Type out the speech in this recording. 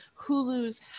hulu's